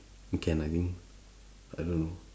can I think I don't know